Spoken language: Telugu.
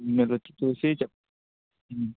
మీరు వచ్చి చూసి చెప్పి